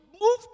move